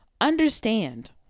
Understand